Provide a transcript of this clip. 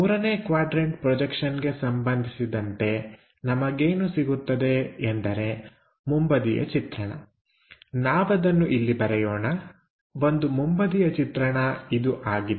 ಮೂರನೇ ಕ್ವಾಡ್ರನ್ಟ ಪ್ರೊಜೆಕ್ಷನ್ಗೆ ಸಂಬಂಧಿಸಿದಂತೆನಮಗೇನು ಸಿಗುತ್ತದೆ ಎಂದರೆ ಮುಂಬದಿಯ ಚಿತ್ರಣ ಇಲ್ಲಿ ಬರೆಯೋಣ ನಾವು ಅದನ್ನುಒಂದು ಮುಂಬದಿಯ ಚಿತ್ರಣ ಇದು ಆಗಿದೆ